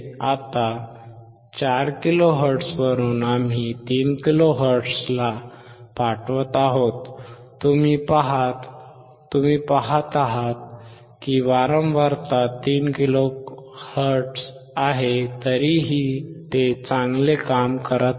आता 4 kilohertz वरून आम्ही 3 kilohertz ला पाठवत आहोत तुम्ही पहात आहात की वारंवारता 3 kilohertz आहे तरीही ते चांगले काम करत आहे